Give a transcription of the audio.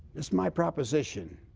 that's my proposition.